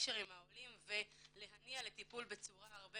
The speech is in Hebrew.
קשר עם העולים ולהניע לטיפול בצורה הרבה